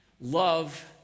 love